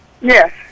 Yes